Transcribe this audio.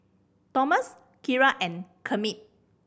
Tomas Kiara and Kermit